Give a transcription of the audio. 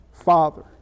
father